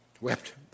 wept